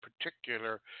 particular